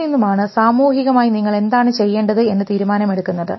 ഇതിൽ നിന്നുമാണ് സാമൂഹികമായി നിങ്ങൾ എന്താണ് ചെയ്യേണ്ടത് എന്ന് തീരുമാനം എടുക്കുന്നത്